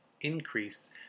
increase